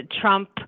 Trump